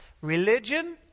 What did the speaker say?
Religion